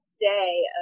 day